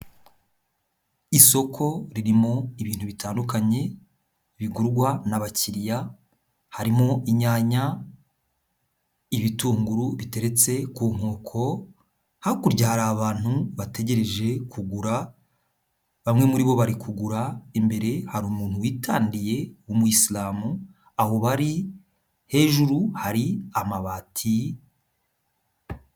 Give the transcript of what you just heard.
Isoko ririmo ibintu bitandukanye bigurwa n'abakiriya, harimo inyanya, ibitunguru biteretse ku nkoko, hakurya hari abantu bategereje kugura, bamwe muri bo bari kugura, imbere hari umuntu witandiye w'umuyisilamu, aho bari hejuru hari amabati.